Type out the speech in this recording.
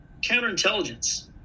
counterintelligence